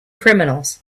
criminals